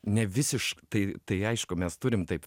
nevisiš tai tai aišku mes turim taip